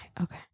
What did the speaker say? Okay